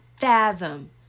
fathom